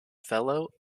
fellow